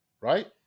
Right